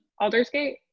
Aldersgate